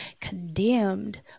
condemned